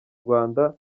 rwanda